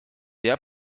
der